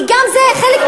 כי גם זה חלק,